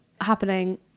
happening